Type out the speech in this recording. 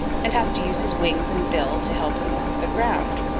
and has to use his wings and bill to help him over the ground.